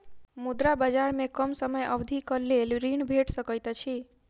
मुद्रा बजार में कम समय अवधिक लेल ऋण भेट सकैत अछि